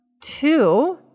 Two